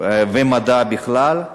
ומדע בכלל.